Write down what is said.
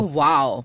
wow